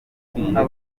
ikwiye